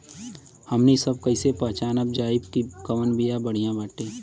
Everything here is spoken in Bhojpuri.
हमनी सभ कईसे पहचानब जाइब की कवन बिया बढ़ियां बाटे?